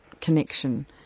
connection